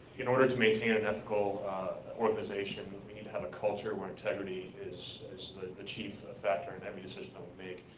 in order to maintain an ethical organization, we need to have a culture where integrity is is the chief factor in every decision that we make.